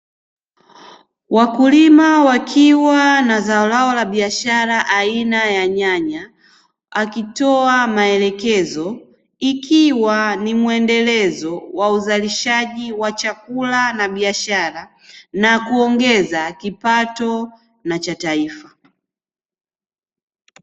Wakulima wakiwa na zao lao la biashara aina ya nyanya, akitoa maelekezo, ikiwa muendelezo wa uzalishaji wa chakula na biashara na kuongeza kipato cha taifa.